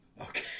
okay